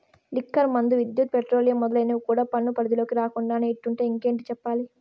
liquor మందు, విద్యుత్, petroleum మొదలైనవి కూడా పన్ను పరిధిలోకి రాకుండానే ఇట్టుంటే ఇంకేటి చెప్పాలి